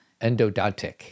Endodontic